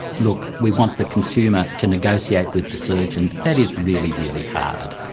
look, we want the consumer to negotiate with the surgeon, that is really, really hard.